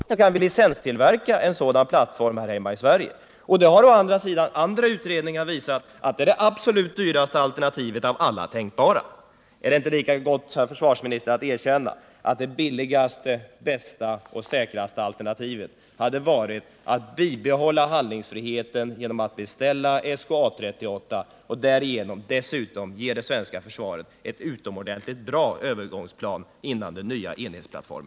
Herr talman! Visst behöver vi, herr försvarsminister, en ny grundplattform — det är ju alldeles klart. Vi måste ha någonting för jaktförsvar och spaning i slutet av det här århundradet. Problemet är ju bara att genom det beslut som regeringen nu har tvingat på oss beträffande SK 38/A 38 så har man ryckt undan förutsättningarna för att tillverka denna grundplattform i Sverige. Nu återstår bara två alternativ. Det ena är att vi köper grundplattformen från utlandet, och det kan vi naturligtvis göra med alla de förluster det kommer att innebära. Det andra alternativet är att vi — och den möjligheten har försvarsministern antytt i annat sammanhang — licenstillverkar en sådan plattform här hemma i Sverige. Utredningar har visat att det är det absolut dyraste alternativet av alla tänkbara.